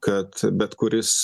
kad bet kuris